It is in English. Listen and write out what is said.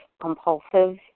compulsive